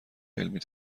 علمی